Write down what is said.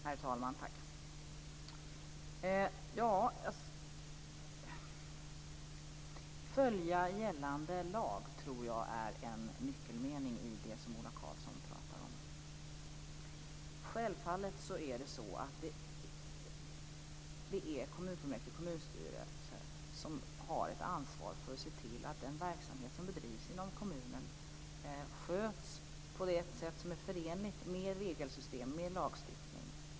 Herr talman! Att följa lagen tror jag är en nyckelmening i det som Ola Karlsson talar om. Självfallet är det kommunfullmäktige och kommunstyrelse som har ett ansvar för att se till att den verksamhet som bedrivs inom kommunen sköts på det sätt som är förenligt med regelsystem och lagstiftning.